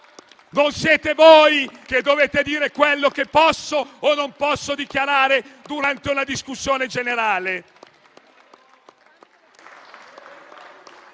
Non siete voi che potete dire quello che posso o non posso dichiarare durante la discussione generale.